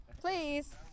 please